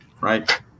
Right